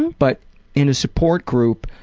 but in a support group,